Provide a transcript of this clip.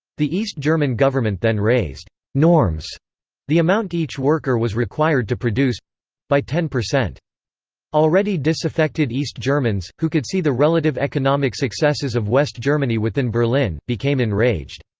the east german government then raised norms the amount each worker was required to produce by ten. already disaffected east germans, who could see the relative economic successes of west germany within berlin, became enraged.